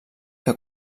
que